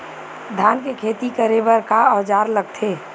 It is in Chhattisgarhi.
धान के खेती करे बर का औजार लगथे?